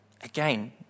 Again